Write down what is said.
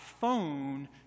phone